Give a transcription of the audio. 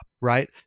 Right